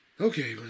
Okay